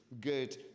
good